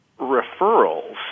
referrals